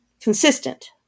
consistent